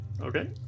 Okay